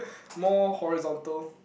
more horizontal